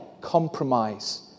compromise